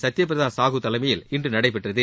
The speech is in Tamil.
சத்திய பிரத சாகு தலைமையில் இன்று நடைபெற்றது